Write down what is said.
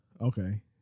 okay